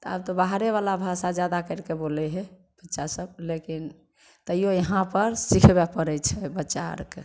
आब तऽ बाहरेवला भाषा जादा करिके बोलै हइ बच्चासभ लेकिन तैओ यहाँपर सिखबे पड़ै छै बच्चा आरके